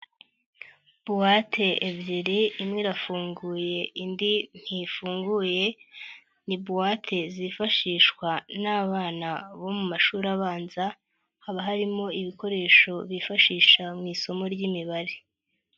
Buwate ebyiri imwe irafunguye indi ntifunguye, ni buwate zifashishwa n'abana bo mu mashuri abanza, haba harimo ibikoresho bifashisha mu isomo ry'imibare.